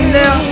now